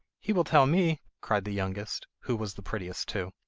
he will tell me cried the youngest, who was the prettiest too.